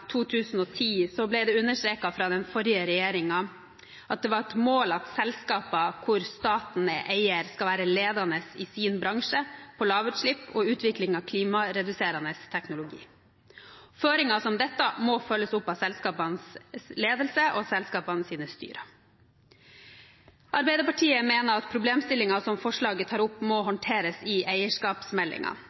2010 ble det understreket fra den forrige regjeringen at det var et mål at selskaper hvor staten er eier, skal være ledende i sin bransje på lavutslipp og utvikling av klimareduserende teknologi. Føringer som dette må følges opp av selskapenes ledelse og selskapenes styre. Arbeiderpartiet mener at problemstillingen som forslaget tar opp, må håndteres i